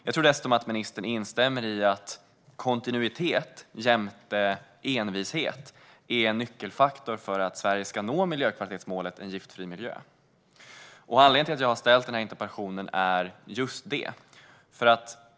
Jag tror dessutom att ministern instämmer i att kontinuitet jämte envishet är en nyckelfaktor för att Sverige ska nå miljökvalitetsmålet Giftfri miljö. Det är just detta som är anledningen till att jag har väckt interpellationen.